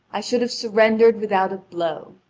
i should have surrendered without a blow.